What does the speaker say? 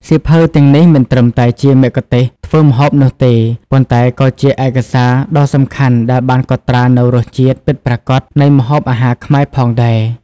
សៀវភៅទាំងនេះមិនត្រឹមតែជាមគ្គុទ្ទេសក៍ធ្វើម្ហូបនោះទេ ប៉ុន្តែក៏ជាឯកសារដ៏សំខាន់ដែលបានកត់ត្រានូវរសជាតិពិតប្រាកដនៃម្ហូបអាហារខ្មែរផងដែរ។